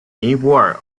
尼泊尔